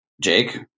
Jake